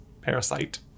Parasite